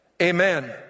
Amen